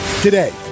today